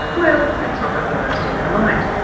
well, that's not uppermost in her mind.